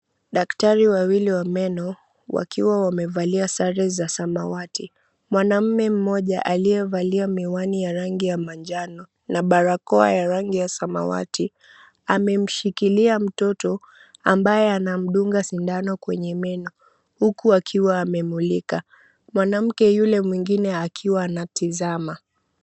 Daktari wawili wa meno, wakiwa wamevalia sare za samawati. Mwanamme mmoja aliyevalia miwani ya rangi ya manjano na barakoa ya rangi ya samawati, amemshikilia mtoto ambaye anamdunga sindano kwenye meno, huku akiwa amemulika. Mwanamke yule mwingine akiwa anatazama.